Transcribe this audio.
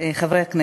אופן